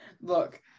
Look